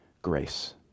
grace